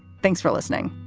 thanks for listening.